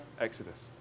Exodus